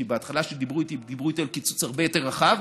כי בהתחלה כשדיברו איתי דיברו איתי על קיצוץ הרבה יותר רחב,